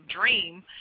dream